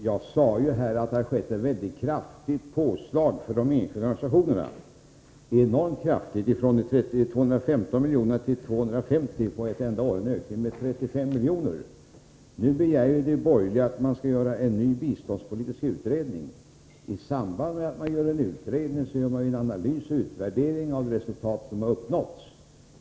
Fru talman! Med anledning av Gunnel Jonängs inlägg vill jag framhålla att jag sade att det har skett ett enormt kraftigt påslag på anslaget de enskilda organisationerna — från 215 miljoner till 250 miljoner på ett enda år. Det är alltså en ökning med 35 miljoner. Nu begär de borgerliga att det skall göras en ny biståndspolitisk utredning. I samband med att man gör en utredning gör man ju en analys och en utvärdering av de resultat som har uppnåtts.